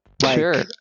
Sure